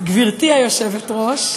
גברתי היושבת-ראש,